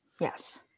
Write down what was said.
Yes